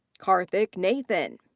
karthik nathan.